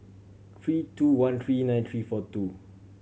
three two one three nine three four two